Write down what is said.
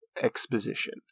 exposition